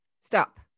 Stop